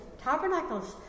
tabernacles